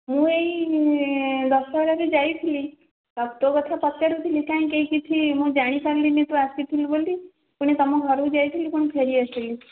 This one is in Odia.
ମୁଁ ଏଇ ଦଶହରାକୁ ଯାଇଥିଲି ତୋ କଥା ପଚାରୁଥିଲି କାଇଁ କେହି କିଛି ମୁଁ ଜାଣିପାରିଲିନି ତୁ ଆସିଥିଲୁ ବୋଲି ପୁଣି ତୁମ ଘରକୁ ଯାଇଥିଲି ପୁଣି ଫେରିଆସିଲି